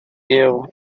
gale